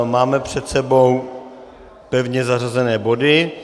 Máme před sebou pevně zařazené body.